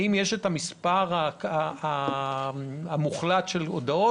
האם יש את המספר המוחלט של ההודעות?